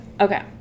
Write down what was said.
okay